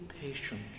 patient